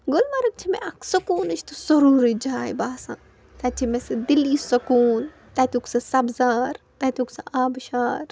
گُلمرگ چھٕ مےٚ اَکھ سَکوٗنٕچ تہٕ سرورٕچ جاے باسان تَتہِ چھِ مےٚ سُہ دِلی سکوٗن تَتِیُک سُہ سبزار تَتیُک سُہ آبہٕ شار